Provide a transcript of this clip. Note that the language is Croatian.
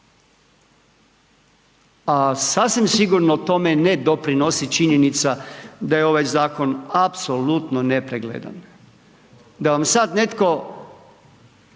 A sasvim sigurno tome ne doprinosi činjenica da je ovaj zakon apsolutno nepregledan. Da vam sad netko